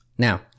Now